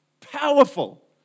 Powerful